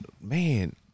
man